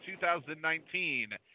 2019